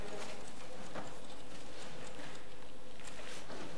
חבר הכנסת אורי מקלב.